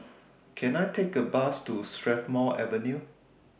Can I Take A Bus to Strathmore Avenue